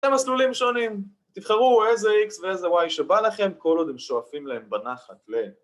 אתם מסלולים שונים, תבחרו איזה איקס ואיזה וואי שבא לכם, כל עוד הם שואפים להם בנחת ל